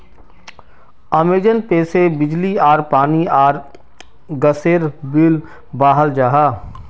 Amazon pay से बिजली आर पानी आर गसेर बिल बहराल जाहा